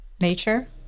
Nature